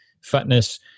fitness